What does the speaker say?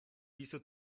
wieso